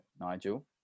Nigel